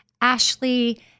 Ashley